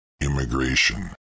immigration